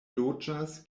loĝas